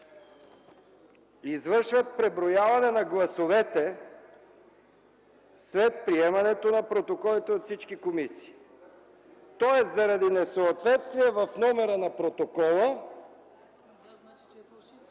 извършват преброяване на гласовете след приемането на протоколите от всички комисии”. Тоест заради несъответствие в номера на протокола...